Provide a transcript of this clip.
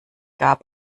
gab